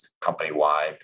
company-wide